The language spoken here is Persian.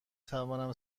توانم